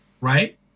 right